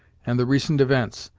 and the recent events,